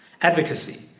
Advocacy